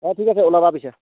অঁ ঠিক আছে ওলাবা পিছে